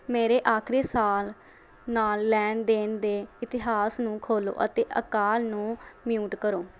ਮੇਰੇ ਆਖਰੀ ਸਾਲ ਨਾਲ ਲੈਣ ਦੇਣ ਦੇ ਇਤਿਹਾਸ ਨੂੰ ਖੋਲ੍ਹੋ ਅਤੇ ਅਕਾਲ ਨੂੰ ਮਿਯੂਟ ਕਰੋ